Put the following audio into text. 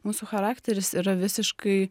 mūsų charakteris yra visiškai